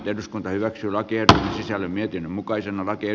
eduskunta hyväksy lakien sisällön mietinnön mukaisena laki